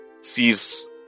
sees